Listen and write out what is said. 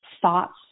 thoughts